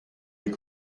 les